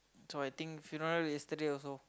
so I think funeral yesterday also